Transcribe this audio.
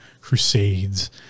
crusades